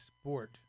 sport